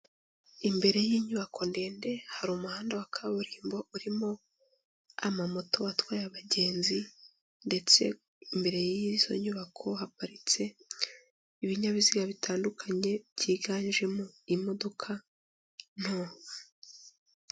Imbere y'inyubako ndende hari umuhanda wa kaburimbo urimo amamoto atwaye abagenzi ndetse imbere y'izo nyubako haparitse ibinyabiziga bitandukanye byiganjemo imodoka nto.